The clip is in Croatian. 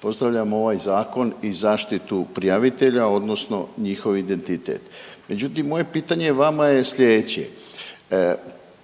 pozdravljam ovaj zakon i zaštitu prijavitelja odnosno njihov identitet. Međutim moje pitanje vama je sljedeće,